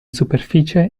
superficie